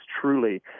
truly